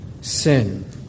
sin